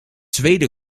zweden